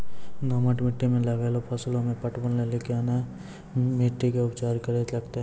दोमट मिट्टी मे लागलो फसल मे पटवन लेली मिट्टी के की उपचार करे लगते?